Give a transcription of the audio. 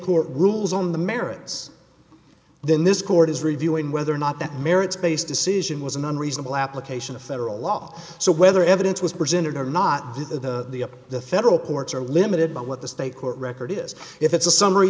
court rules on the merits then this court is reviewing whether or not that merits based decision was an unreasonable application of federal law so whether evidence was presented or not to the the federal courts are limited but what the state court record is if it's a summary